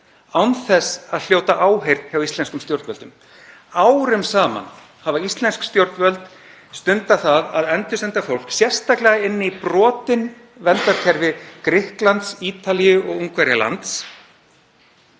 án þess að hljóta áheyrn hjá íslenskum stjórnvöldum. Árum saman hafa íslensk stjórnvöld stundað það að endursenda fólk, sérstaklega inn í brotin verndarkerfi Grikklands, Ítalíu og Ungverjalands,